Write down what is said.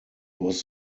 was